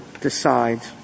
decides